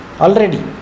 Already